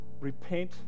Repent